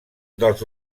dels